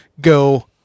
go